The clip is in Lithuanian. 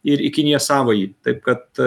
ir į kiniją savąjį taip kad